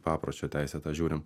papročio teisę tą žiūrim